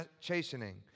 chastening